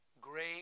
Great